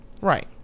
right